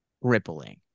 rippling